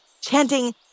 chanting